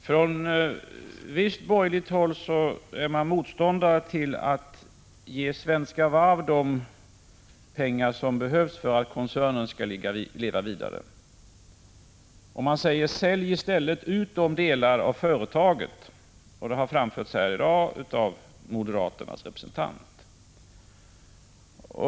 Fru talman! Jag skall ta upp några frågor. Från visst borgerligt håll är man motståndare till att ge Svenska Varv de pengar som behövs för att koncernen skall leva vidare. Man säger: Sälj i stället ut delar av företaget! Det har framförts här i dag av moderaternas representant.